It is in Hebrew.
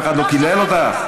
אף אחד לא קילל אותך.